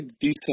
decent